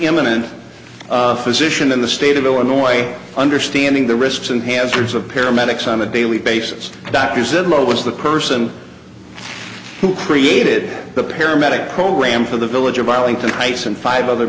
eminent physician in the state of illinois understanding the risks and hazards of paramedics on a daily basis doctors said lho was the person who created the paramedic program for the village of arlington heights and five other